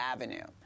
Avenue